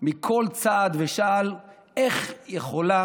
בכל צעד ושעל, איך היא יכולה